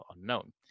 unknown